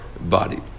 body